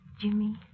Jimmy